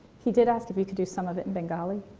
he did ask if you could do some of it in bengali?